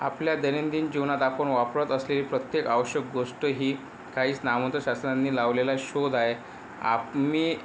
आपल्या दैनंदिन जीवनात आपण वापरत असलेली प्रत्येक आवश्यक गोष्ट ही काहीच नामवंत शास्त्रज्ञांनी लावलेला शोध आहे आप मी